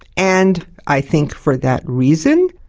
and i think for that reason,